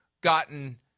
gotten